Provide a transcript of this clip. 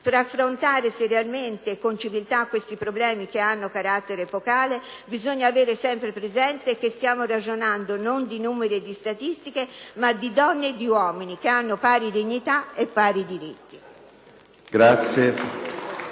Per affrontare seriamente e con civiltà tali problemi, che hanno carattere epocale, bisogna sempre aver presente che stiamo ragionando non di numeri e di statistiche, ma di donne e di uomini, con pari dignità e diritti.